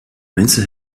mensen